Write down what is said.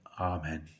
Amen